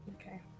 okay